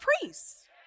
priests